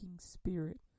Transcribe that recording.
spirit